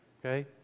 Okay